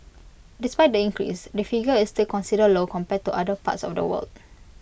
despite the increase the figure is still considered low compared to other parts of the world